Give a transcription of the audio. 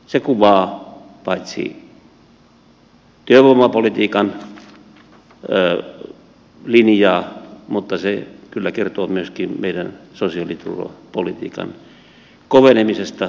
se kuvaa työvoimapolitiikan linjaa mutta kyllä se kertoo myöskin meidän sosiaaliturvapolitiikkamme kovenemisesta